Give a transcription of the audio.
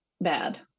bad